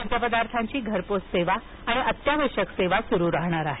खाद्यपदार्थांची घरपोच सेवा आणि अत्यावश्यक सेवा सुरू राहतील